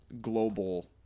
global